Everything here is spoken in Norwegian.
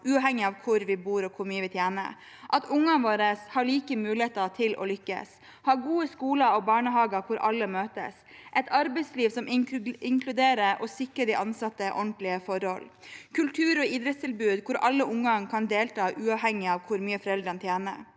uavhengig av hvor vi bor og hvor mye vi tjener, der ungene våre har like muligheter til å lykkes, og å ha gode skoler og barnehager der alle møtes, et arbeidsliv som inkluderer og sikrer de ansatte ordentlige forhold, og kultur- og idrettstilbud der alle unger kan delta, uavhengig av hvor mye foreldrene tjener.